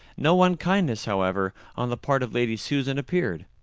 no unkindness, however, on the part of lady susan appeared.